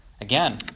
Again